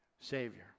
Savior